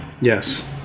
Yes